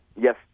yes